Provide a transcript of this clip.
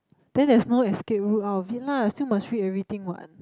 then there's no escape route out of it lah still must read everything what